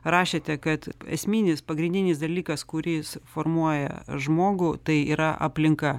rašėte kad esminis pagrindinis dalykas kuris formuoja žmogų tai yra aplinka